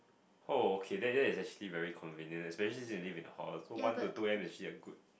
oh okay that that is actually very convenient especially since you live in the hall so one to two A_M is actually a good